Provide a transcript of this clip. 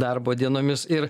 darbo dienomis ir